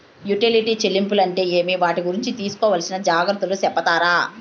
Utility చెల్లింపులు అంటే ఏమి? వాటి గురించి తీసుకోవాల్సిన జాగ్రత్తలు సెప్తారా?